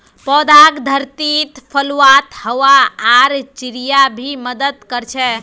पौधाक धरतीत फैलवात हवा आर चिड़िया भी मदद कर छे